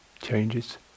Changes